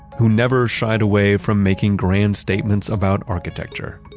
who never shied away from making grand statements about architecture,